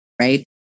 right